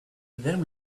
then